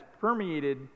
permeated